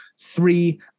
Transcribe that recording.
three